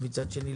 ומצד שני,